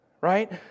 right